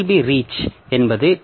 B reach என்பது D